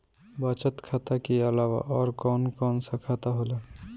बचत खाता कि अलावा और कौन कौन सा खाता होला?